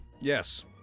yes